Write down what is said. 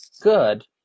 good